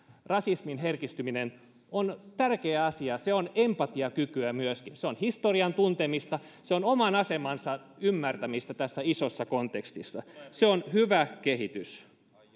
rasismille herkistyminen on tärkeä asia se on myöskin empatiakykyä se on historian tuntemista se on oman asemansa ymmärtämistä tässä isossa kontekstissa se on hyvä kehitys